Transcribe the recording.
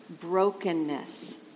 brokenness